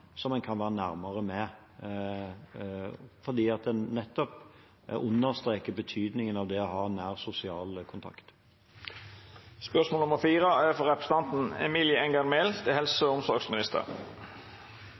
som en kan være nærmere med, nettopp fordi en understreker betydningen av det å ha nær sosial